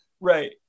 Right